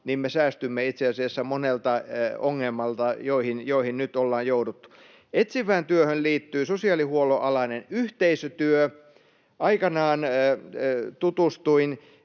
asiassa monelta ongelmalta, joihin nyt ollaan jouduttu. Etsivään työhön liittyy sosiaalihuollon alainen yhteisötyö. Aikanaan tutustuin